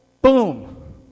boom